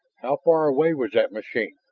how far away was that machine?